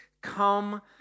come